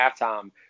halftime